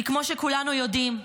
כי כמו שכולנו יודעים,